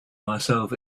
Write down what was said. myself